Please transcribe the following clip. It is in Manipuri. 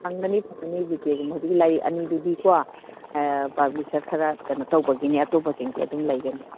ꯐꯪꯒꯅꯤ ꯐꯪꯒꯅꯤ ꯖꯤ ꯀꯦꯒꯨꯝꯕꯗꯤ ꯂꯩ ꯑꯅꯤꯗꯨꯗꯤꯀꯣ ꯄꯥꯕ꯭ꯂꯤꯁꯔ ꯈꯔ ꯀꯩꯅꯣ ꯇꯧꯕꯒꯤꯅꯦ ꯑꯇꯣꯞꯄ ꯁꯤꯡꯁꯦ ꯑꯗꯨꯝ ꯂꯩꯒꯅꯤ